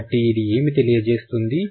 కాబట్టి ఇది ఏమి తెలియజేస్తుంది